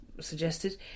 Suggested